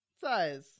size